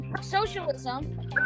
Socialism